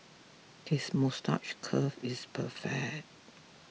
his moustache curl is perfect